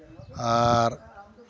ᱟᱨ